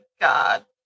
God